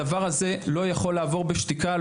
הדבר הזה לא יכול לעבור בשתיקה.